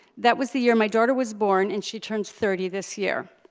that was the year my daughter was born, and she turns thirty this year.